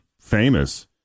famous